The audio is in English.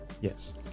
Yes